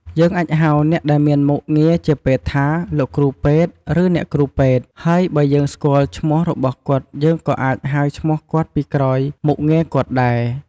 យើងអាចហៅអ្នកដែលមានមុខងារជាពេទ្យថា លោកគ្រូពេទ្យ ឬអ្នកគ្រូពេទ្យ ហើយបើយើងស្គាល់ឈ្មោះរបស់គាត់យើងក៏អាចហៅឈ្មោះគាត់ពីក្រោយមុខងារគាត់ដែរ។